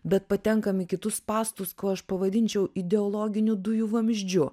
bet patenkam į kitus spąstus ko aš pavadinčiau ideologiniu dujų vamzdžiu